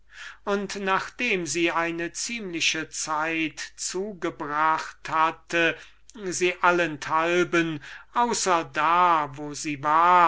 und nachdem sie eine ziemliche zeit zugebracht hatte sie allenthalben außer da wo sie würklich war